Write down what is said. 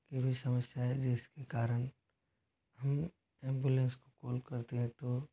की भी समस्या है जिसके कारण हम एम्बुलेंस को कॉल करते हैं तो